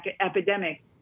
epidemic